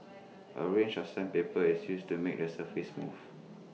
A range of sandpaper is used to make the surface smooth